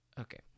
Okay